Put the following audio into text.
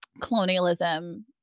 colonialism